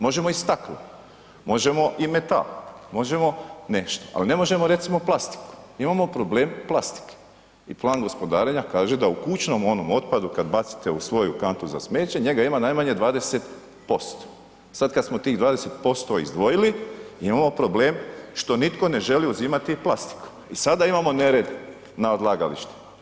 Možemo i staklo, možemo i metal, možemo nešto, al ne možemo recimo plastiku, imamo problem plastike i plan gospodarenja kaže da u kućnom onom otpadu kad bacite u svoju kantu za smeće, njega ima najmanje 20%, sad kad smo tih 20% izdvojili, imamo problem što nitko ne želi uzimati plastiku i sada imamo nered na odlagalištu.